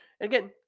Again